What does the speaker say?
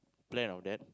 plan of that